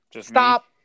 Stop